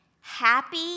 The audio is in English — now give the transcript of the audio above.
happy